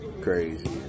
Crazy